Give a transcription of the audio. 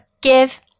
give